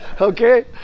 Okay